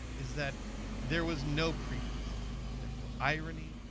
is that there was no pretense to it. there's no irony,